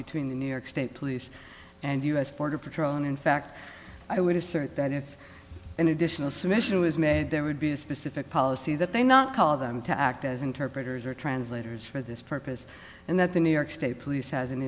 between the new york state police and u s border patrol and in fact i would assert that if an additional submission was made there would be a specific policy that they not call them to act as interpreters or translators for this purpose and that the new york state police as an